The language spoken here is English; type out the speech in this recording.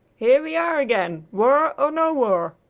here we are again, war or no war!